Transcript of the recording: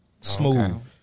Smooth